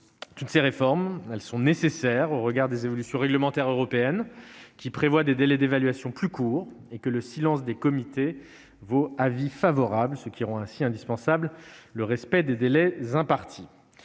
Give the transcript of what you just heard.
Toutes ces réformes sont nécessaires au regard des évolutions réglementaires européennes, qui prévoient des délais d'évaluation plus courts, et du fait que le silence des comités vaut avis favorable, ce qui rend indispensable le respect des délais impartis.